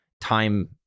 time